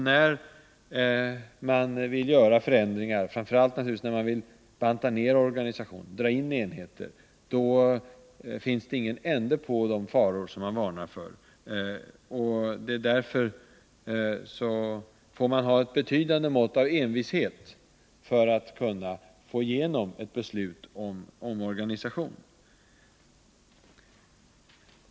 När man vill göra förändringar, framför allt naturligtvis när man vill banta ner organisationen och dra in enheter, är det ingen ände på de faror som man varnar för. Därför får man vara rätt envis för att kunna få igenom ett beslut om omorganisation.